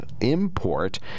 import